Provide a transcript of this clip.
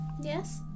Yes